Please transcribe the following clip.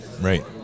Right